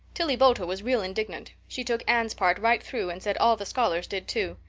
tillie boulter was real indignant. she took anne's part right through and said all the scholars did too.